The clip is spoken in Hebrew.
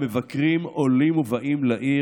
המבקרים עולים ובאים לעיר,